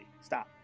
Stop